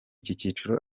cyiciro